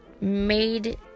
made